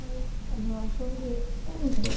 ꯍꯣꯏ ꯀꯩꯅꯣ ꯁꯣꯝꯒꯤ